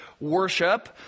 worship